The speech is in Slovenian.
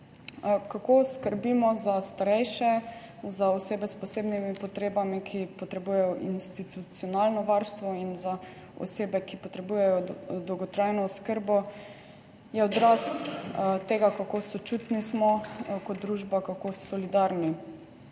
Kako skrbimo za starejše, za osebe s posebnimi potrebami, ki potrebujejo institucionalno varstvo, in za osebe, ki potrebujejo dolgotrajno oskrbo, je odraz tega, kako sočutni smo kot družba, kako solidarni.